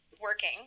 working